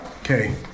Okay